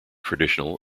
traditional